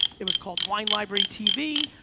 it was called wine library tv.